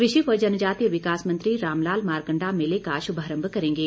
कृषि व जनजातीय विकास मंत्री रामलाल मारकण्डा मेले का शुभारंभ करेंगे